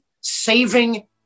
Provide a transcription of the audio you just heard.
saving